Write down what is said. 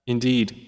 Indeed